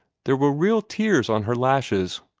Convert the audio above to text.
there were real tears on her lashes,